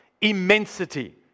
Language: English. immensity